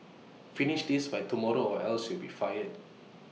finish this by tomorrow or else you'll be fired